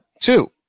two